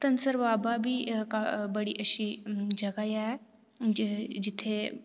धनसर बाबा बी बड़ी अच्छी जगह ऐ जित्थै